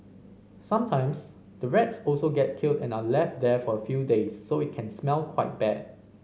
sometimes the rats also get killed and are left there for few days so it can smell quite bad